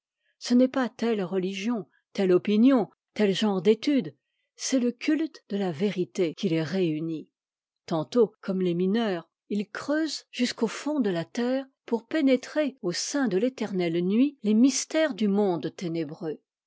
ce n'est pas telle religion telle opinion tel genre d'étude c'est le culte de la vérité qui les réunit tantôt comme les mineurs ils creusent jusqu'au fond de la terre pour pénétrer au sein de l'éternelle nuit les mystères du monde ténébreux